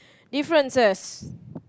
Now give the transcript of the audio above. differences